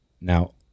Now